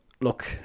look